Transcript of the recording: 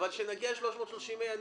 חכי ל-330 ה'.